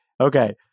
Okay